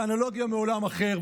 באנלוגיה מעולם אחר.